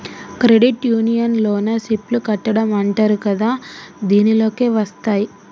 credit union loan SIP లు కట్టడం అంటరు కదా దీనిలోకే వస్తాయ్